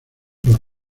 los